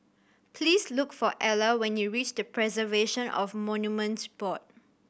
please look for Ela when you reach Preservation of Monuments Board